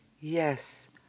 yes